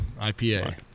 IPA